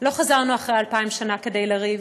לא חזרנו אחרי 2,000 שנה כדי לריב.